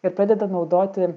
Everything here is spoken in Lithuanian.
ir pradeda naudoti